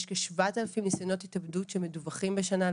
יש כ-7,000 ניסיונות התאבדות שמדווחים בשנה,